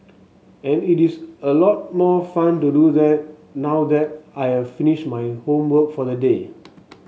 and it is a lot more fun to do that now that I have finished my homework for the day